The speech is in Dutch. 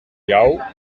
jou